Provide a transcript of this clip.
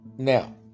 now